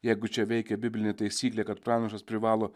jeigu čia veikia biblinė taisyklė kad pranašas privalo